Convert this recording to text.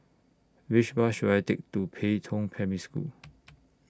Which Bus should I Take to Pei Tong Primary School